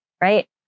right